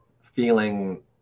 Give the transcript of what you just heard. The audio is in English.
feeling